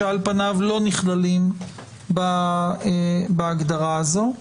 שעל פניו לא נכללים בהגדרה הזו.